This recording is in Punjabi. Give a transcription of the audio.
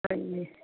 ਹਾਂਜੀ